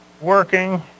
working